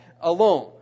alone